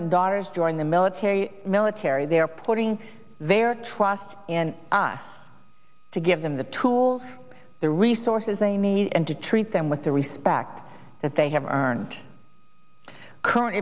and daughters join the military military they are putting their trust in us to give them the tools the resources they need and to treat them with the respect that they have earned the current